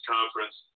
Conference